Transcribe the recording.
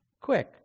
Quick